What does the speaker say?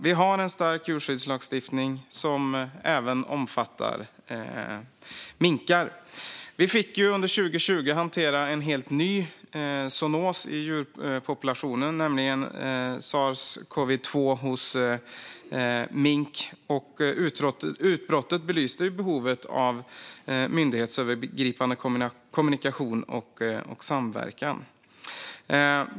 Vi har en stark djurskyddslagstiftning som omfattar även minkar. Vi fick under 2020 hantera en helt ny zoonos i djurpopulationen, nämligen sars-cov-2 hos mink. Utbrottet belyste behovet av myndighetsövergripande kommunikation och samverkan.